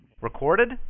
Recorded